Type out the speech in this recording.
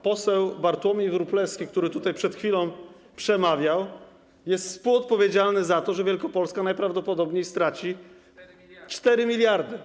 Poseł Bartłomiej Wróblewski, który tutaj przed chwilą przemawiał, jest współodpowiedzialny za to, że Wielkopolska najprawdopodobniej straci... 4 mld. ...4 mld.